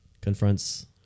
confronts